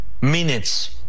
minutes